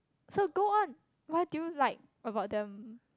so go on what do you like about them